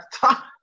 talk